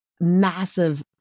massive